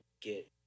get